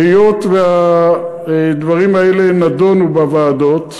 היות שהדברים האלה נדונו בוועדות,